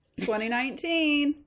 2019